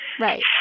Right